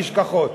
נשכחות.